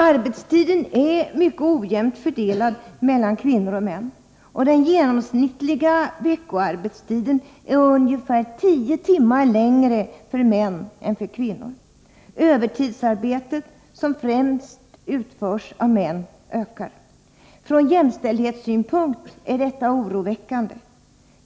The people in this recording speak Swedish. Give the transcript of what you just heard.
Arbetstiden är mycket ojämnt fördelad mellan kvinnor och män. Den genomsnittliga veckoarbetstiden är ungefär tio timmar längre för män än för kvinnor. Övertidsarbetet, som främst utförs av män, ökar. Från jämställdhetssynpunkt är detta oroväckande.